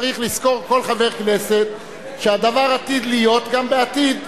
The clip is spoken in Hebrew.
צריך לזכור כל חבר כנסת שהדבר עתיד להיות גם בעתיד,